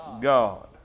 God